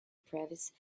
previous